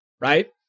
right